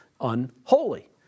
unholy